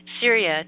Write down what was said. Syria